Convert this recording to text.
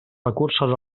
recursos